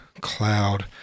cloud